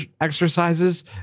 exercises